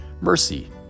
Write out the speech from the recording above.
mercy